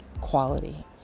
quality